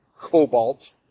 cobalt